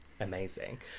amazing